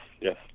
yes